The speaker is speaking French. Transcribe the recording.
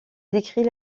décrit